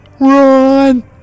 RUN